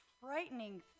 frightening